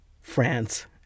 France